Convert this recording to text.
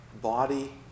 body